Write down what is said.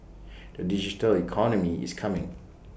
the digital economy is coming